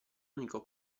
unico